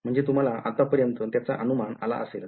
म्हणजे तुम्हाला आतापर्यन्त त्याचा अनुमान आला असेलच